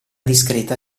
discreta